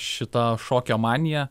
šita šokio manija